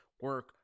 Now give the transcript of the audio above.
Work